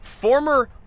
Former